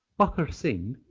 pakhr singh,